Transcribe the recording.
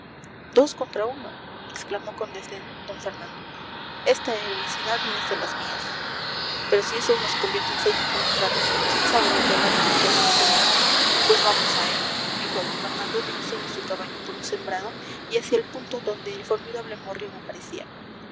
dos contra uno exclamó con desdén d fernando esta heroicidad no es de las mías pero si ese uno se convierte en seis dentro de un rato quién sabe lo que habrá detrás de aquella colina pues vamos a él dijo d fernando dirigiendo su caballo por un sembrado y hacia el punto donde el formidable morrión aparecía